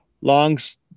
Long's